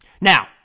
Now